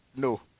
No